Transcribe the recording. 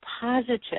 positive